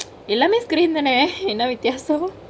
எல்லாமெ:ellame screen தானெ என்ன வித்தியாசொ:thaane enna vitiyaaso